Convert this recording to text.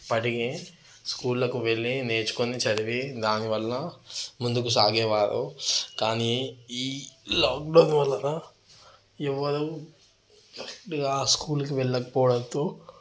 పడిగి స్కూళ్ళకి వెళ్ళి నేర్చుకొని చదివి దాని వలన ముందుకు సాగే వారు కానీ ఈ లాక్డౌన్ వలన ఎవరూ ఆ స్కూల్కి వెళ్ళకపోవడంతో